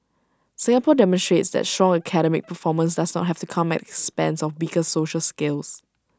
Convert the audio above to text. Singapore demonstrates that strong academic performance does not have to come at the expense of weaker social skills